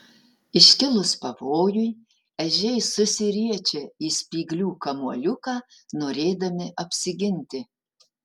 iškilus pavojui ežiai susiriečia į spyglių kamuoliuką norėdami apsiginti